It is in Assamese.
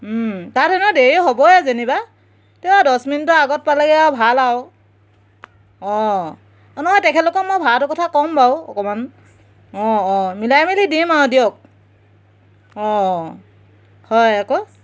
তাত ইনেও দেৰি হ'বই যেনিবা তেওঁ আৰু দহ মিনিটৰ আগত পালেগৈ আৰু ভাল আৰু অঁ নহয় তেখেতলোকক মই ভাড়াটোৰ কথা ক'ম বাৰু অকণমান অঁ অঁ মিলাই মেলি দিম আৰু দিয়ক অঁ হয় আকৌ